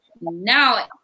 now